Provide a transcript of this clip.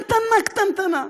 קטנטנה-קטנטנה.